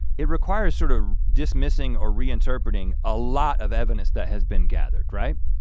it requires sort of dismissing or reinterpreting a lot of evidence that has been gathered, right?